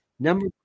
Number